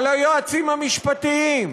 על היועצים המשפטיים,